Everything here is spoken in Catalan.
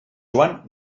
joan